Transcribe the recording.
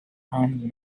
armed